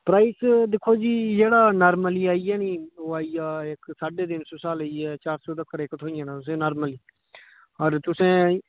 price दिक्खो जी जेह्ड़ा नार्मली आई गेआ नी ओह् आई गेआ इक साढ़े तिन्न सौ शा लेइयै चार सौ इक थ्होई जाना तुसें ई नार्मली अगर तुसें